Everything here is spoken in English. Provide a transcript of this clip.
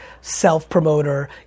self-promoter